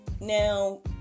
Now